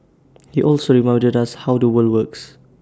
he also reminded us how the world worked